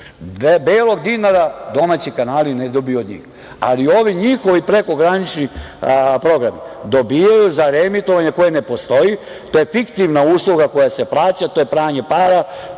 Belog dinara domaći kanali ne odbiju od njih, ali ovi njihovi prekogranični programi dobijaju za reemitovanje koje ne postoji, to je fiktivna usluga koja se plaća, to je pranje para,